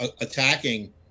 attacking